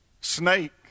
snake